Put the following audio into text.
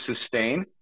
sustain